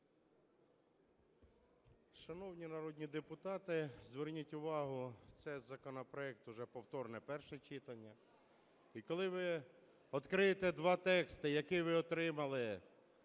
Шановні народні депутати, зверніть увагу, це законопроект уже повторне перше читання, і коли ви отримаєте два тексти, які ви отримали